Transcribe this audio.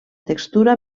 textura